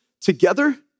together